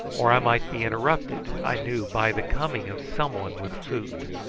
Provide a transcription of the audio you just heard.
or i might be interrupted, i knew, by the coming of some one with food.